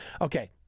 Okay